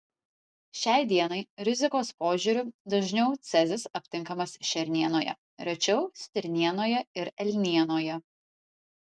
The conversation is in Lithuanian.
šiai dienai rizikos požiūriu dažniau cezis aptinkamas šernienoje rečiau stirnienoje ir elnienoje